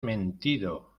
mentido